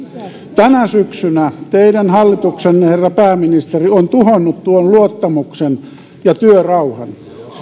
tänä syksynä teidän hallituksenne herra pääministeri on tuhonnut tuon luottamuksen ja työrauhan